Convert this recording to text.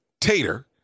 tater